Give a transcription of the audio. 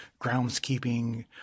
groundskeeping